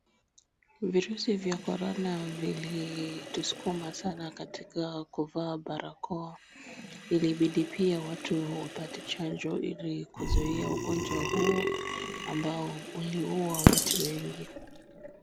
Virusi vya Korona vilitusukuma sana katika kuvaa barakoa, ilibidi pia watu wapate chanjo ili kuzuia ugonjwa huu ambao uliua watu wengi.